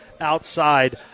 outside